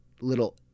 little